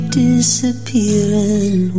disappearing